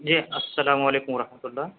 جی السّلام علیکم ورحمتہ اللہ